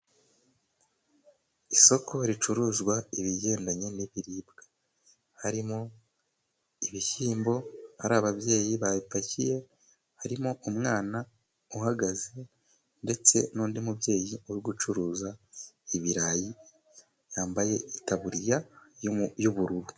Isoko ricuruza ibigendanye n'ibiribwa. Harimo ibishyimbo, hari ababyeyi bapakiye, harimo umwana uhagaze ndetse n'undi mubyeyi uri gucuruza ibirayi yambaye itaburiya y'ubururu.